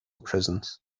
prisons